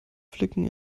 flicken